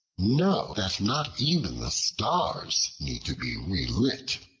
know that not even the stars need to be relit.